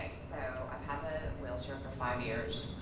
so i've had the wheelchair for five years.